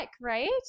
right